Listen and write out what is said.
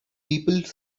people